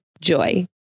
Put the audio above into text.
Joy